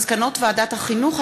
מסקנות ועדת החינוך,